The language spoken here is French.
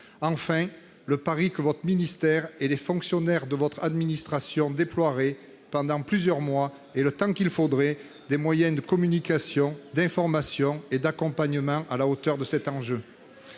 Enfin, le pari que votre ministère et les fonctionnaires de votre administration déploieraient, pendant plusieurs mois et le temps nécessaire, des moyens de communication, d'information et d'accompagnement à la hauteur de cet enjeu.